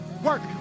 Work